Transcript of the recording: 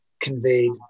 conveyed